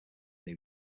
new